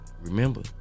Remember